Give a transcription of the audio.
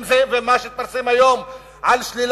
עם זה ועם מה שהתפרסם היום על שלילת